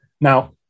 Now